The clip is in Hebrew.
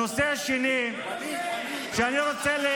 הנושא השני שאני רוצה,